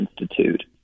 Institute